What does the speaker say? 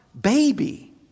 baby